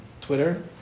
Twitter